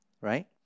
right